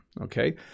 Okay